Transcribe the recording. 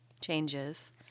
changes